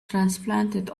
transplanted